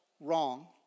wrong